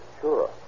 Sure